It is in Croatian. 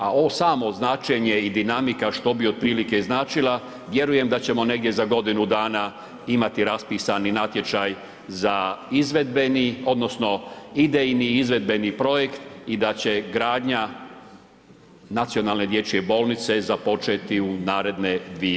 A ovo samo značenje i dinamika što bi otprilike značila, vjerujem da ćemo negdje za godinu dana imati raspisani natječaj za izvedbeni odnosno idejni i izvedbeni projekt i da će gradnja Nacionalne dječje bolnice započeti u naredne dvije godine.